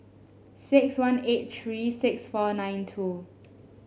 six one eight three six four nine two